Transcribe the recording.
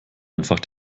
einfach